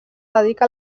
dedica